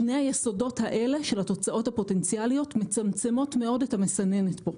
שני היסודות של התוצאות הפוטנציאליות מצמצמות מאוד את המסננת פה.